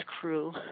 crew